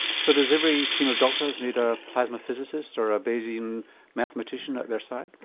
so does every team of doctors need a plasma physicist or a bayesian mathematician at their side?